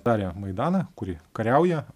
darė maidaną kuri kariauja